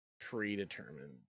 predetermined